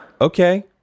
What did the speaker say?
okay